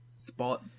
spot